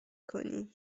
کنی